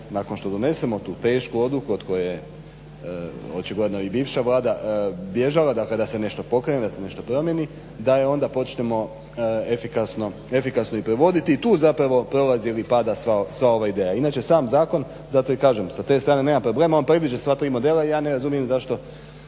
nakon što donesemo tu tešku odluku od koje očigledno i bivša vlada bježala da se nešto pokrene da se nešto promjeni da je onda počnemo efikasno provoditi. I tu prolazi ili pada sva ova ideja. Inače sam zakon zato i kažem sa te strane nema problema on predviđa sva tri modela i ja ne razumijem zašto